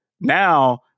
now